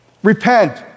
repent